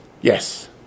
Yes